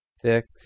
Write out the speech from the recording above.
fix